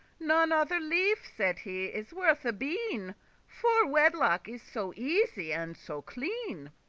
none other life, said he, is worth a bean for wedlock is so easy, and so clean,